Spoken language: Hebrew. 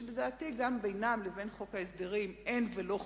שלדעתי גם בינם לבין חוק ההסדרים אין ולא כלום.